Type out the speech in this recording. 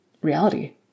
reality